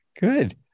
Good